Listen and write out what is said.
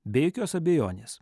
be jokios abejonės